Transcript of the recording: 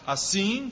Assim